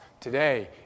today